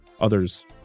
others